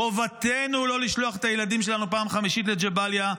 חובתנו לא לשלוח את הילדים שלנו בפעם החמישית לג'באליה,